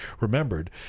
remembered